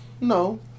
no